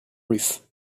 roof